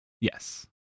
Yes